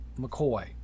McCoy